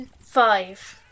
Five